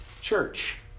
church